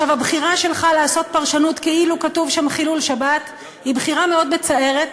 הבחירה שלך לעשות פרשנות כאילו כתוב שם חילול שבת היא בחירה מאוד מצערת,